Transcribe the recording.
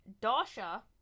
Dasha